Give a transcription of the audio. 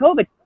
COVID